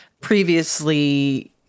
previously